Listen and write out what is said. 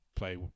Play